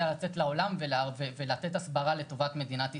היה לצאת לעולם ולתת הסברה לטובת מדינת ישראל.